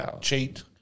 cheat